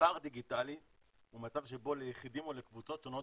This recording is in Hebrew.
פער דיגיטלי הוא מצב שבו ליחידים או לקבוצות שונות